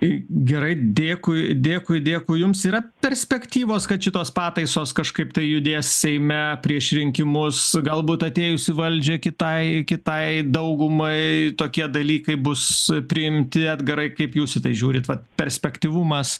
gerai dėkui dėkui dėkui jums yra perspektyvos kad šitos pataisos kažkaip tai judės seime prieš rinkimus galbūt atėjus į valdžią kitai kitai daugumai tokie dalykai bus priimti edgarai kaip jūs žiūrite perspektyvumas